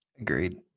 Agreed